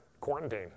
quarantine